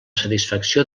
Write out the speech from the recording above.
satisfacció